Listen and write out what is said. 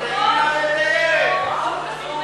מסכנת את האימא ואת הילד.